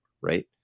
Right